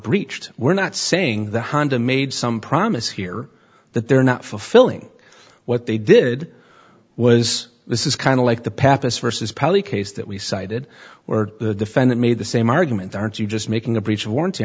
breached we're not saying the honda made some promise here that they're not fulfilling what they did was this is kind of like the pappas versus poly case that we cited or the defendant made the same argument aren't you just making a breach of warranty